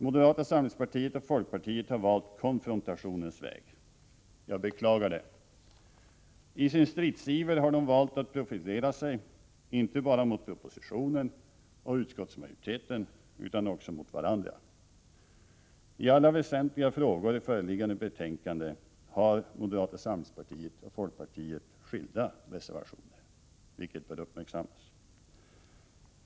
Moderata samlingspartiet och folkpartiet har valt konfrontationens väg. Jag beklagar det. I sin stridsiver har de valt att profilera sig — inte bara mot propositionen och utskottsmajoriteten utan också mot varandra. I alla väsentliga frågor i föreliggande betänkande har moderata samlingspartiet och folkpartiet skilda reservationer, vilket bör uppmärksammas.